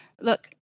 Look